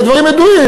אלה דברים ידועים.